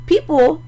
People